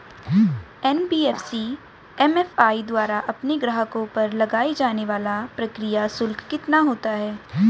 NBFC MFI द्वारा अपने ग्राहकों पर लगाए जाने वाला प्रक्रिया शुल्क कितना होता है?